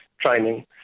training